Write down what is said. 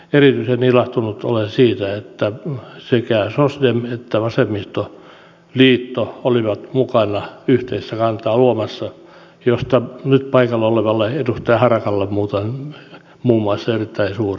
erityisen ilahtunut olen siitä että sekä sosialidemokraatit että vasemmistoliitto olivat mukana luomassa yhteistä kantaa josta muuten nyt paikalla olevalla edustaja harakalla muiden muassa on erittäin suuri ansio